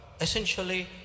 Essentially